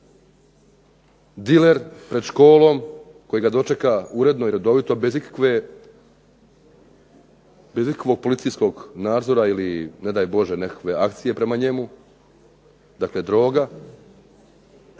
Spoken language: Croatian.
Diler pred školom koji ga dočeka uredno i redovito bez ikakvog policijskog nadzora ili ne daj Bože nekakve akcije prema njemu, dakle droga